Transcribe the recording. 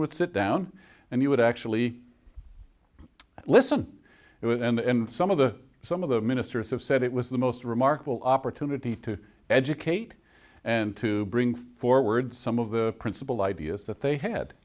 would sit down and you would actually listen and some of the some of the ministers have said it was the most remarkable opportunity to educate and to bring forward some of the principle ideas that they had